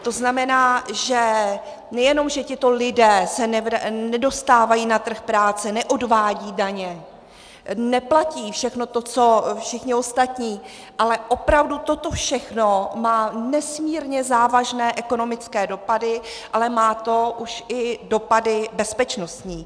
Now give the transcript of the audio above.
To znamená, nejenom že tito lidé se nedostávají na trh práce, neodvádějí daně, neplatí všechno to, co všichni ostatní, ale opravdu toto všechno má nesmírně závažné ekonomické dopady, ale má to už i dopady bezpečnostní.